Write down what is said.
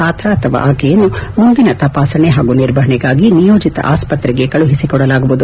ಆತ ಅಥವಾ ಆಕೆಯನ್ನು ಮುಂದಿನ ತಪಾಸಣೆ ಹಾಗೂ ನಿರ್ವಪಣೆಗಾಗಿ ನಿಯೋಜಿತ ಆಸ್ತತೆಗೆ ಕಳುಹಿಸಿಕೊಡಲಾಗುವುದು